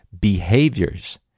behaviors